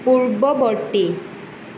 পূৰ্ৱৱৰ্তী